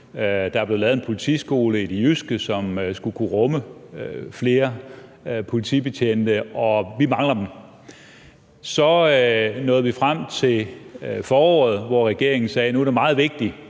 Der er blevet lavet en politiskole i det jyske, som skulle kunne rumme flere politibetjente, og vi mangler dem. Så nåede vi frem til foråret, hvor regeringen sagde, at det nu var meget vigtigt